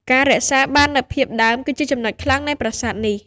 ការរក្សាបាននូវភាពដើម គឺជាចំណុចខ្លាំងនៃប្រាសាទនេះ។